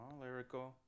lyrical